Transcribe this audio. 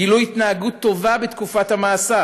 גילו התנהגות טובה בתקופת המאסר,